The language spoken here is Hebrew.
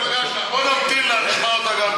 הגעת למפלגה שם, בוא נמתין לה, נשמע גם אותה.